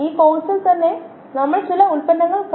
slide സമയം കാണുക 3319 ഒരുപക്ഷേ നമ്മളോട് ഒരു കാര്യം കൂടി പറയാം